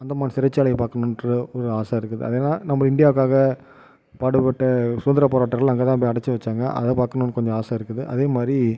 அந்தமான் சிறைச்சாலை பார்க்கனுன்ற ஒரு ஆசை இருக்குது அது ஏன்னா நம்ம இந்தியாவுக்காக பாடுபட்ட சுதந்திர போராட்டர்கள் அங்கேதான் அடைச்சி வச்சாங்க அதை பார்க்கனுன்னு கொஞ்சம் ஆசை இருக்குது அதே மாதிரி